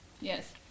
Yes